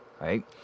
right